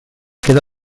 queda